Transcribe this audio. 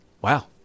wow